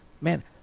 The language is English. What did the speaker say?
man